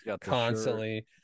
constantly